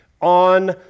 on